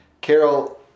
Carol